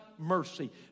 mercy